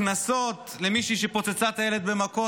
קנסות למישהי שפוצצה את הילד במכות.